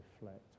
reflect